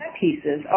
pieces